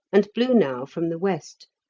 and blew now from the west,